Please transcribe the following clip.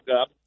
up